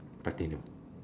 platinum